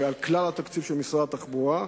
ועל כלל התקציב של משרד התחבורה,